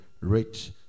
rich